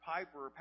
Piper